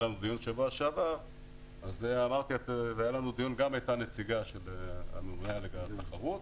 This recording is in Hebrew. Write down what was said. היה לנו דיון בשבוע שעבר והייתה נציגה של רשות התחרות,